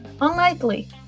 unlikely